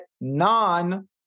non